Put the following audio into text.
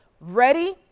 ready